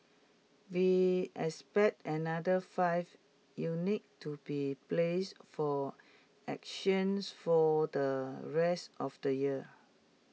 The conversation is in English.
we expect another five units to be placed for auctions for the rest of the year